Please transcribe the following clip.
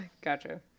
Gotcha